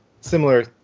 similar